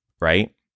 right